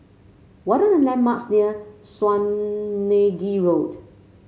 what are the landmarks near Swanage Road